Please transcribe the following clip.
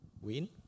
win